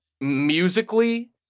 musically